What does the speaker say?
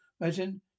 Imagine